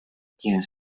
quién